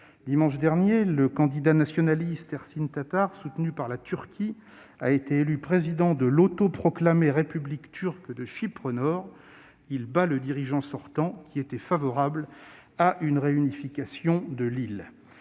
Dimanche dernier, le candidat nationaliste Ersin Tatar, soutenu par la Turquie, a été élu président de l'autoproclamée République turque de Chypre-Nord. Il a battu le dirigeant sortant, qui était favorable à une réunification de l'île.